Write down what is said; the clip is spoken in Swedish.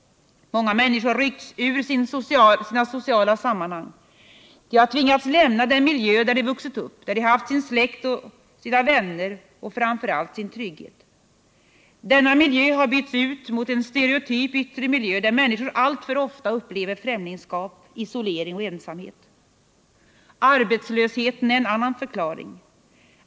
Många människor har ryckts ur sina sociala sammanhang. De har tvingats lämna den miljö där de vuxit upp, där de haft sin släkt och sina vänner och framför allt sin trygghet. Denna miljö har bytts ut mot en stereotyp yttre miljö, där människor alltför ofta upplever främlingskap, isolering och ensamhet. Arbetslösheten är en annan förklaring.